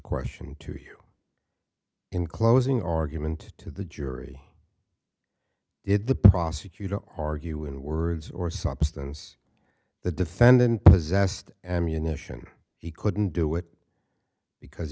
question to you in closing argument to the jury did the prosecutor argue in words or substance the defendant possessed and munition he couldn't do it because